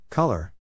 Color